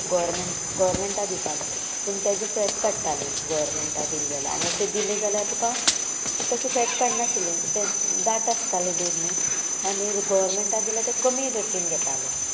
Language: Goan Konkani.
गोवोरमेंट गोवरमेंटा दितालीं पूण तेजो फेट काडटाली गोरमेंटा दिली जाल्यार आनी अशें दिलें जाल्यार तुका तशें फेट काडनाशिल्लें तें दाट आसतालें दूद न्हू आनी गोवोरमेंटा दिल्यार तें कमी रेटीन घेतालें